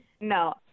No